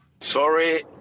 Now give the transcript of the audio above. Sorry